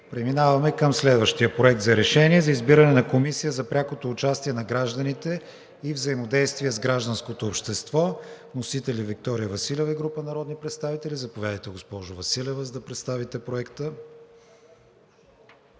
Преминаваме към следващия Проект за решение за избиране на Комисия за прякото участие на гражданите и взаимодействие с гражданското общество. Вносители – Виктория Василева и група народни представители. Заповядайте, госпожо Василева, за да представите Проекта.